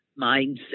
mindset